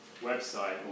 website